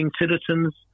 citizens